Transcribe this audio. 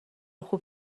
خوب